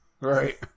Right